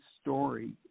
story